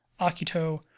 Akito